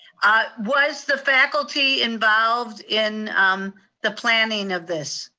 ah was the faculty involved in the planning of this?